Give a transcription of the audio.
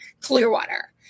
Clearwater